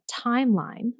timeline